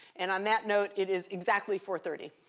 and on that note, it is exactly four thirty.